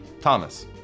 Thomas